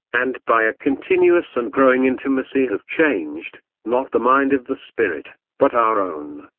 and by a continuous and growing intimacy have changed, not the mind of the spirit, but our own,